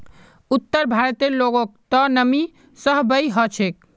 उत्तर भारतेर लोगक त नमी सहबइ ह छेक